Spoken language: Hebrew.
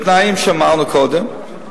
בתנאים שאמרנו קודם,